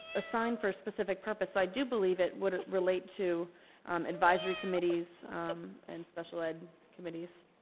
assigned for a specific purpose i do believe it would relate to advisory committees and special ed committees